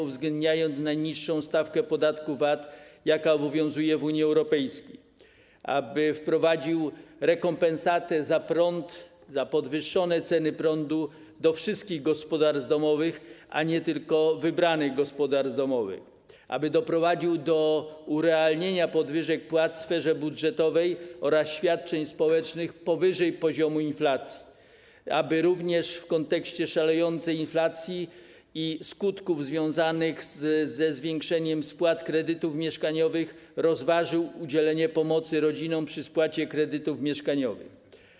uwzględniając najniższą stawkę podatku VAT, jaka obowiązuje w Unii Europejskiej, po trzecie, wprowadził rekompensatę za prąd, za podwyższone ceny prądu dla wszystkich, a nie tylko wybranych gospodarstw domowych, po czwarte, doprowadził do urealnienia podwyżek płac w sferze budżetowej oraz świadczeń społecznych powyżej poziomu inflacji, po piąte, w kontekście szalejącej inflacji i skutków związanych ze zwiększeniem kwoty spłat kredytów mieszkaniowych rozważył udzielenie pomocy rodzinom przy spłacie kredytów mieszkaniowych.